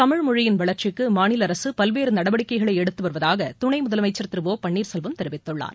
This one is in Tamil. தமிழ்மொழியின் வளர்ச்சிக்கு மாநில அரசு பல்வேறு நடவடிக்கைகளை எடுத்து வருவதாக துணை முதலமைச்சள் திரு ஓ பன்னீர்செல்வம் தெரிவித்துள்ளார்